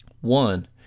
One